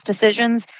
decisions